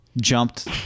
jumped